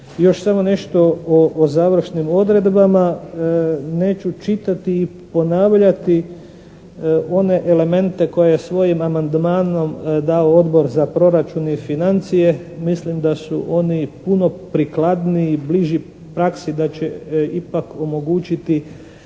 još samo nešto o završnim odredbama. Neću čitati i ponavljati one elemente koje je svojim amandmanom dao Odbor za proračun i financije. Mislim da su oni puno prikladniji i bliži praksi da će ipak omogućiti